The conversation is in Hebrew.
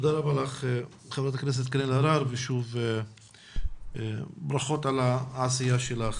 תודה רבה ח"כ קארין אלהרר ושוב ברכות על העשייה שלך